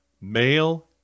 male